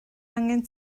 angen